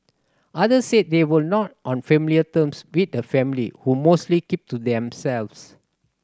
others said they were not on familiar terms with the family who mostly kept to themselves